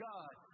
God